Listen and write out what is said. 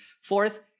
Fourth